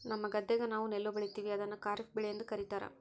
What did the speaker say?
ನಮ್ಮ ಗದ್ದೆಗ ನಾವು ನೆಲ್ಲು ಬೆಳೀತೀವಿ, ಅದನ್ನು ಖಾರಿಫ್ ಬೆಳೆಯೆಂದು ಕರಿತಾರಾ